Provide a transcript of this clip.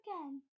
again